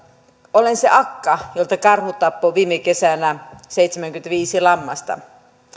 olen se akka jolta karhu tappoi viime kesänä seitsemänkymmentäviisi lammasta